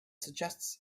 suggests